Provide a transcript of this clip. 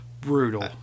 brutal